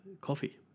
coffee